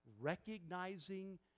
recognizing